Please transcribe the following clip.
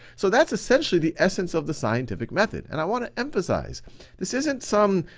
so, that's essentially the essence of the scientific method, and i wanna emphasize this isn't some,